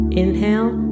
inhale